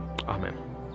Amen